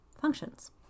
functions